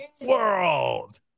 world